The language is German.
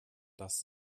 das